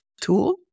tool